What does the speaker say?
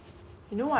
Baguette is